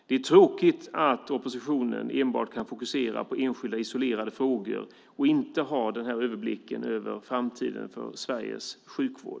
Det är tråkigt att oppositionen enbart kan fokusera på enskilda isolerade frågor och inte har överblicken över framtiden för Sveriges sjukvård.